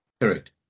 Correct